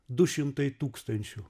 du šimtai tūkstančių